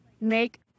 make